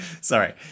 sorry